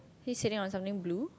he's sitting on something blue